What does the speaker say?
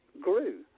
grew